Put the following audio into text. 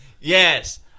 Yes